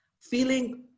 feeling